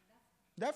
דווקא.